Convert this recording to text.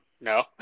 No